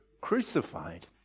crucified